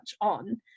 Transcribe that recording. on